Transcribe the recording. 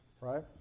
Right